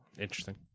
Interesting